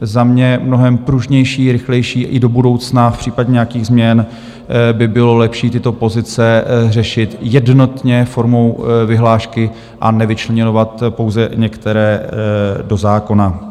Za mě mnohem pružnější, rychlejší i do budoucna v případě nějakých změn by bylo lepší tyto pozice řešit jednotně formou vyhlášky a nevyčleňovat pouze některé do zákona.